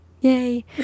Yay